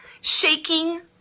shaking